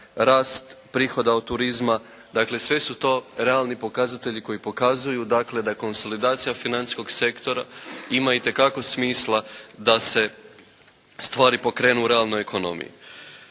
rast prihoda od turizma, dakle sve su to realni pokazatelji koji pokazuju dakle da konsolidacija financijskog sektora ima itekako smisla da se stvari pokrenu u realnoj ekonomiji.